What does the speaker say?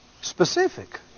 Specific